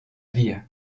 vire